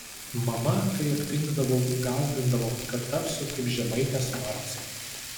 mama kai aptingdavau gąsdindavo kad tapsiu kaip žemaitės marcė